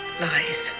lies